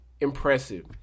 impressive